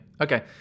Okay